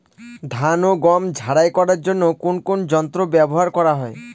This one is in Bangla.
ধান ও গম ঝারাই করার জন্য কোন কোন যন্ত্র ব্যাবহার করা হয়?